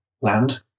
land